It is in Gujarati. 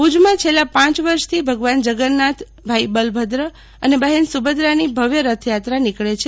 ભુમાં છેલ્લા પાંચ વર્ષથી ભગવાન જગન્નાથ ભાઈ બલભદ્ર અને બહેન સુભદ્રાની ભવ્ય રથયાત્રા નીકળે છે